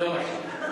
לא מרשה.